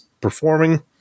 performing